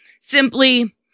simply